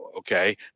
Okay